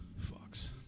fucks